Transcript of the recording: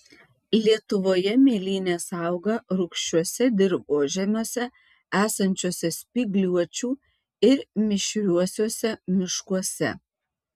lietuvoje mėlynės auga rūgščiuose dirvožemiuose esančiuose spygliuočių ir mišriuosiuose miškuose